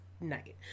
night